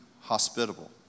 hospitable